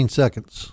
seconds